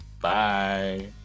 Bye